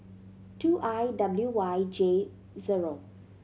two I W Y J zero